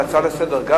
בהצעה לסדר-היום,